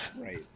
Right